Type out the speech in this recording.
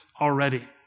already